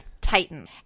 Titan